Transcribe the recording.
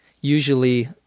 usually